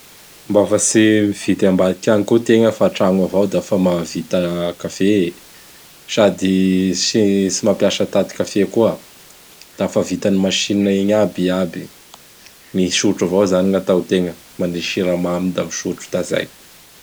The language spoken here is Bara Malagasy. Mba fa tsy mividy ambadiky añy koa tegna fa an-tragno avao da fa mahavita café. Sady ts tsy mampiasa taty café koa; da fa vitan'ny machine igny aby i aby. Misotro avao izany gny ataotegna. Manisy siramamy da misotro da izay.